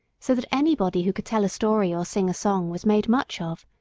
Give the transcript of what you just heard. so that anybody who could tell a story or sing a song was made much of,